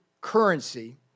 currency